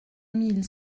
mille